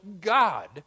God